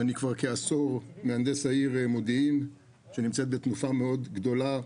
אני כבר כעשור מהנדס העיר מודיעין שנמצאת בתנופה מאוד גדולה.